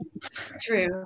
True